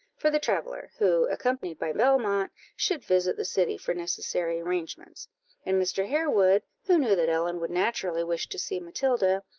for the traveller, who, accompanied by belmont, should visit the city for necessary arrangements and mr. harewood, who knew that ellen would naturally wish to see matilda,